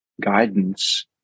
guidance